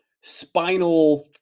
spinal